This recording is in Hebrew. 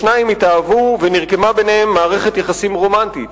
השניים התאהבו ונרקמה ביניהם מערכת יחסים רומנטית.